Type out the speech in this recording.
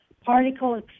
particle